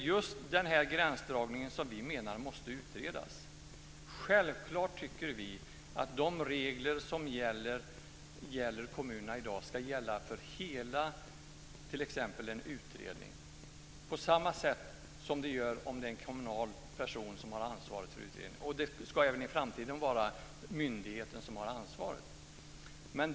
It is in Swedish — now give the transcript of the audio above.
Vi menar att gränsdragningen just i detta hänseende måste utredas. Självklart tycker vi att de regler som i dag gäller för kommunerna också ska gälla för helheten. De ska gälla på samma sätt t.ex. för en utredning som när en kommunalt anställd person har ansvaret. Det ska dessutom även i framtiden vara myndigheten som ska ha ansvaret.